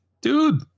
dude